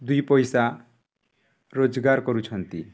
ଦୁଇ ପଇସା ରୋଜଗାର କରୁଛନ୍ତି